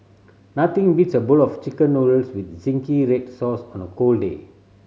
nothing beats a bowl of Chicken Noodles with red sauce on a cold day